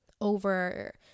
Over